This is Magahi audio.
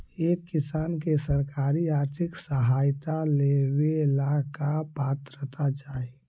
एक किसान के सरकारी आर्थिक सहायता लेवेला का पात्रता चाही?